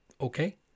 okay